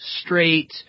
straight